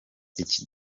iki